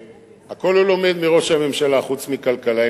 הכול הוא לומד מראש הממשלה, חוץ מכלכלה.